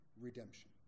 redemption